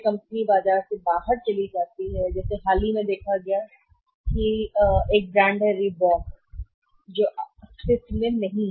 company बाजार से बाहर चली जाती है हाल ही में देखा गया रीबॉक ब्रांड नहीं है जो अस्तित्व में नहीं है